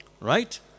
right